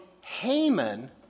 Haman